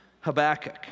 Habakkuk